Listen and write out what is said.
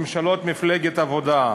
ממשלות מפלגת העבודה.